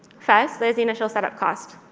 first, there's the initial setup cost.